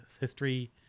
History